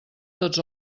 tots